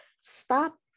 Stop